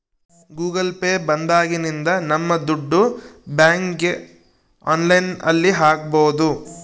Google Pay ಬಂದಾಗಿನಿಂದ ನಮ್ ದುಡ್ಡು ಬ್ಯಾಂಕ್ಗೆ ಆನ್ಲೈನ್ ಅಲ್ಲಿ ಹಾಕ್ಬೋದು